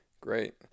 great